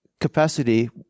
capacity